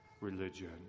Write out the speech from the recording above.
religion